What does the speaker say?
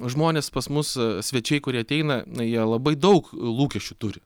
žmonės pas mus svečiai kurie ateina na jie labai daug lūkesčių turi